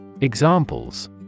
Examples